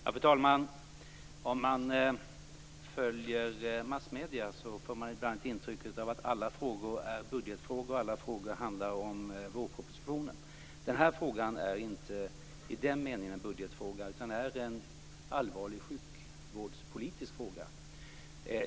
Fru talman! Om man följer massmedierna får man ibland ett intryck av att alla frågor är budgetfrågor och att alla frågor handlar om vårpropositionen. Den här frågan är i den meningen inte någon budgetfråga utan en allvarlig sjukvårdspolitisk fråga.